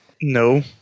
No